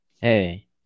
Hey